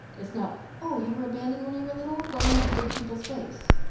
it's not oh you were abandoned when you were little? learn how to give people space.